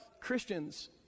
Christians